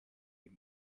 ihm